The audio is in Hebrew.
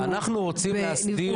אנחנו רוצים להסדיר.